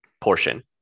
portion